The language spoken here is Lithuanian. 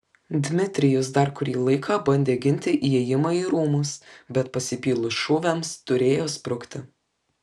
dmitrijus dar kurį laiką bandė ginti įėjimą į rūmus bet pasipylus šūviams turėjo sprukti